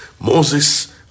moses